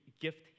gift